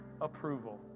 approval